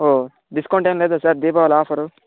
ఓ discount ఏం లేదా sir Deepavali offer